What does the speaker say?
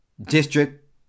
district